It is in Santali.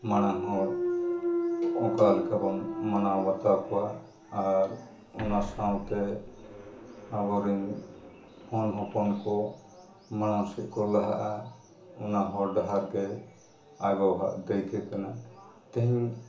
ᱢᱟᱨᱟᱝ ᱦᱚᱲ ᱚᱠᱟ ᱞᱮᱠᱟ ᱵᱚᱱ ᱢᱟᱱᱟᱣ ᱵᱟᱛᱟᱣ ᱠᱚᱣᱟ ᱟᱨ ᱚᱱᱟ ᱥᱟᱶᱛᱮ ᱟᱵᱚ ᱨᱮᱱ ᱦᱚᱱ ᱦᱚᱯᱚᱱ ᱠᱚ ᱢᱟᱲᱟᱝ ᱥᱮᱫ ᱠᱚ ᱞᱟᱦᱦᱟᱜᱼᱟ ᱚᱱᱟ ᱦᱚᱨ ᱰᱟᱦᱟᱨ ᱜᱮ ᱟᱵᱚᱣᱟᱜ ᱫᱟᱹᱭᱠᱟᱹ ᱠᱟᱱᱟ ᱛᱮᱦᱮᱧ